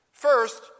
First